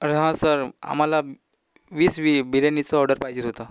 अरे हां सर आम्हाला वीस वि बिर्याणीचं ऑर्डर पाहिजे होतं